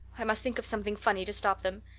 i must think of something funny to stop them.